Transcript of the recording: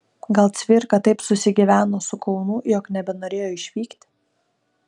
gal cvirka taip susigyveno su kaunu jog nebenorėjo išvykti